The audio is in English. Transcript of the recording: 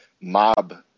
mob